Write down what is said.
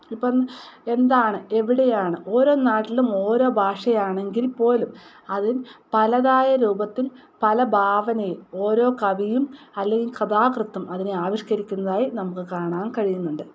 ഇപ്പം എന്താണ് എവിടെയാണ് ഓരോ നാട്ടിലും ഓരോ ഭാഷയാണെങ്കിൽപ്പോലും അതും പലതായ രൂപത്തിൽ പല ഭാവനയിൽ ഓരോ കവിയും അല്ലെങ്കിൽ കഥാകൃത്തും അതിനെ ആവിഷ്കരിക്കുന്നതായി നമുക്ക് കാണാൻ കഴിയുന്നുണ്ട്